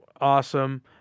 awesome